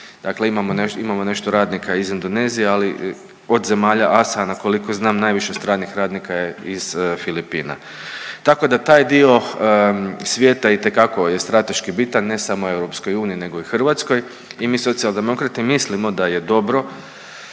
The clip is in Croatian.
neš…, imamo nešto radnika iz Indonezije, ali od zemalja ASEAN-a koliko znam najviše stranih radnika je iz Filipina. Tako da taj dio svijeta itekako je strateški bitan ne samo EU nego i Hrvatskoj i mi Socijaldemokrati mislimo da je dobro